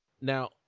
Now